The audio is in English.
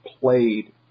played